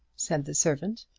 said the servant.